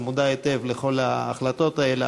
שמודע היטב לכל ההחלטות האלה,